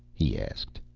he asked.